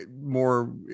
more